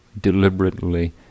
deliberately